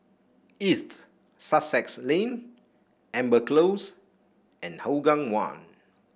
East Sussex Lane Amber Close and Hougang One